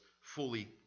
fully